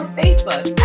facebook